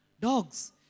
dogs